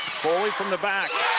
foley from the back.